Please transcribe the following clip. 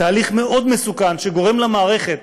תהליך מאוד מסוכן, שגורם למערכת